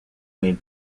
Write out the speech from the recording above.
made